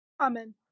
Amen